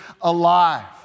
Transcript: alive